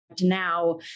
now